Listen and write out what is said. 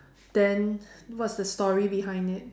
then what's the story behind it